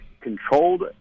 controlled